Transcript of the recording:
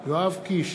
יואב קיש,